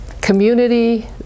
community